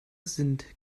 sind